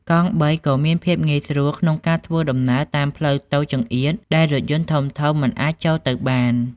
កង់បីក៏មានភាពងាយស្រួលក្នុងការធ្វើដំណើរតាមផ្លូវតូចចង្អៀតដែលរថយន្តធំៗមិនអាចចូលទៅបាន។